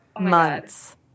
months